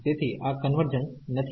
તેથી આ કન્વર્જન્સ નથી